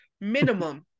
minimum